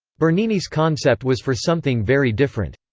bernini's concept was for something very different.